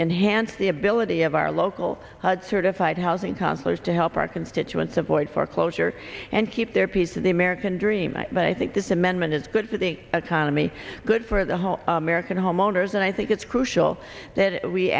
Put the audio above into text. enhance the ability of our local certified housing counselors to help our constituents avoid foreclosure and keep their piece of the american dream but i think this amendment is good for the economy good for the whole american homeowners and i think it's crucial that we